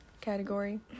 category